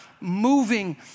moving